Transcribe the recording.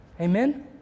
Amen